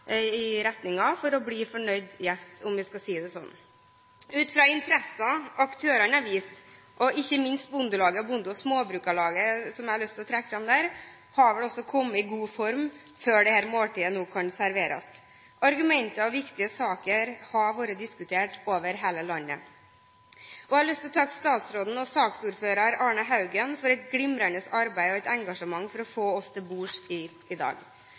for å bli fornøyd gjest, om vi skal si det sånn. Ut fra interesser aktørene har vist, ikke minst Bondelaget og Bonde- og Småbrukarlaget, som jeg har lyst til å trekke fram, har også de kommet i god form før dette måltidet nå kan serveres. Argumenter og viktige saker har blitt diskutert over hele landet. Jeg har lyst til å takke statsråden og saksordfører Arne L. Haugen for et glimrende arbeid og engasjement for å få oss til bords hit i dag.